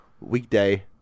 weekday